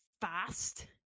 fast